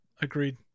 agreed